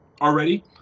already